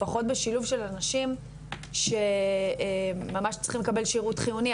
לפחות בשילוב של אנשים שממש צריכים לקבל שירות חיוני.